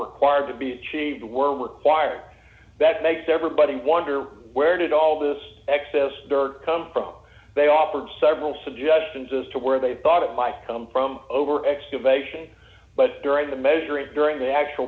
were quiet to be achieved were required that makes everybody wonder where did all this excess dirt come from they offered several suggestions as to where they thought it might come from over excavation but during the measuring during the actual